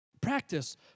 practice